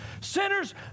Sinners